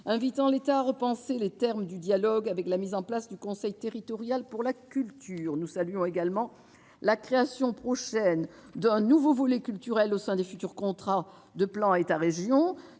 invitant l'État à repenser les termes du dialogue avec la mise en place du Conseil des territoires pour la culture. Nous saluons également la création prochaine d'un nouveau volet culturel au sein des futurs contrats de plan État-région.